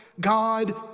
God